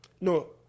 No